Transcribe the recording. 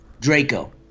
Draco